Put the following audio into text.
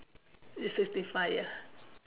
it's sixty five ya